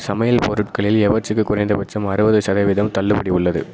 சமையல் பொருட்களில் எவற்றுக்கு குறைந்தபட்சம் அறுபது சதவீதம் தள்ளுபடி உள்ளது